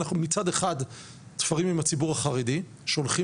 אנחנו מצד אחד תפרים עם הציבור החרדי שהולכים